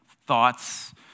thoughts